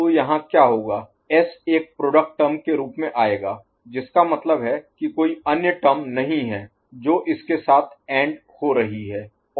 तो यहां क्या होगा S एक प्रोडक्ट टर्म के रूप में आएगा जिसका मतलब है कि कोई अन्य टर्म नहीं है जो इसके साथ एंड हो रही है